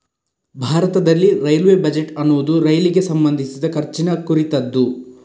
ಭಾರತದಲ್ಲಿ railway budget ಅನ್ನುದು ರೈಲಿಗೆ ಸಂಬಂಧಿಸಿದ ಖರ್ಚಿನ ಕುರಿತದ್ದು